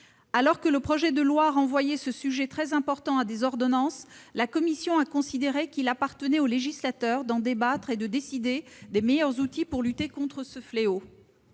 Alors que le projet de loi initial renvoyait ce sujet très important à des ordonnances, la commission a considéré qu'il appartenait au législateur d'en débattre et de décider des meilleurs outils pour lutter contre ce fléau.